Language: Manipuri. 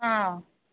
ꯑꯥ